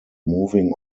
moving